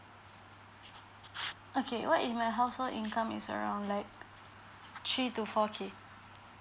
okay what in my household income is around like three to four K